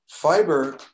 Fiber